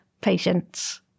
patience